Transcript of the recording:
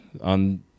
on